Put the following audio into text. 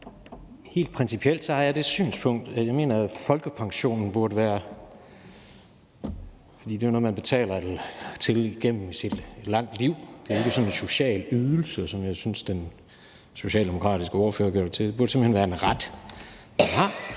Helt principielt har jeg det synspunkt, at folkepensionen burde være en ret. Det er jo noget, man betaler til igennem et langt liv; det er ikke en social ydelse, som jeg synes den socialdemokratiske ordfører gjorde det til. Det burde være en ret, vi har,